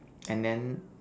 and then